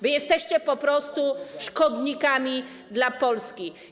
Wy jesteście po prostu szkodnikami dla Polski.